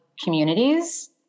communities